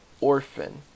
Orphan